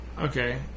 Okay